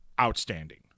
outstanding